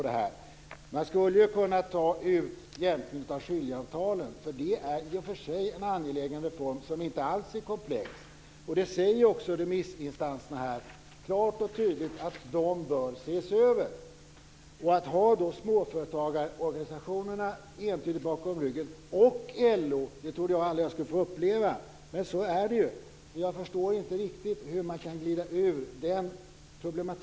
Det skulle kunna gå att ta ut jämkning av skiljeavtalen. Det är i och för sig en angelägen reform som inte alls är komplex. Remissinstanserna säger klart och tydligt att skiljeavtalen bör ses över. Jag trodde aldrig jag skulle få uppleva att ha både småföretagarorganisationerna och LO entydigt bakom ryggen, men så är det. Jag förstår inte riktigt hur man kan glida ur problemet.